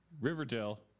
Riverdale